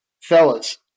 Fellas